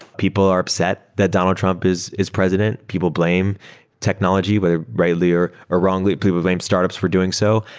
people are upset that donald trump is is president. people blame technology, whether rightly or or wrongly. people blame startups for doing so.